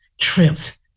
trips